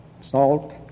Salt